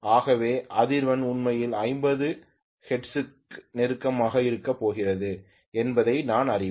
ஆகவே அதிர்வெண் உண்மையில் 50 ஹெர்ட்ஸுக்கு நெருக்கமாக இருக்கப் போகிறது என்பதையும் நான் அறிவேன்